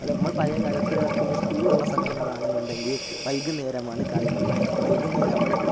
അത് നമ്മൾ പഴയകാലത്ത് പിന്നെ സ്കൂളുള്ള സമയങ്ങളാണെന്നുണ്ടെങ്കിൽ വൈകുന്നേരമാണ് കളി മുഴുവൻ വെകുന്നേരം നമ്മൾ